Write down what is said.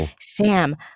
Sam